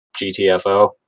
GTFO